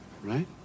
Right